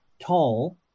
tall